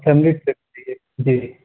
family trip ہی ہے جی